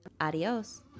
Adios